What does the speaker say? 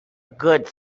good